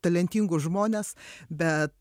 talentingus žmones bet